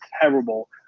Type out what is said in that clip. terrible